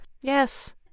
yes